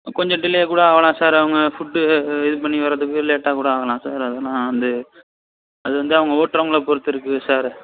கொஞ்சம் டிலே கூட ஆகலாம் சார் அவங்க ஃபுட்டு இது பண்ணி வர்றதுக்கு லேட்டாக கூட ஆகலாம் சார் அதல்லாம் வந்து அது வந்து அவங்க ஓட்டுறவங்கள பொறுத்து இருக்குது சார்